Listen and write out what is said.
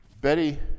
Betty